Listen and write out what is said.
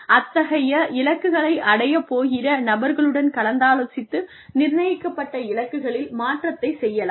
அத்தகைய இலக்குகளை அடையப் போகிற நபர்களுடன் கலந்தாலோசித்து நிர்ணயிக்கப்பட்ட இலக்குகளில் மாற்றத்தைச் செய்யலாம்